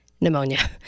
pneumonia